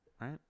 right